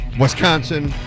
Wisconsin